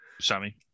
Sammy